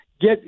get